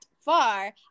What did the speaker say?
far